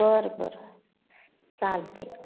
बरं बरं चालते आहे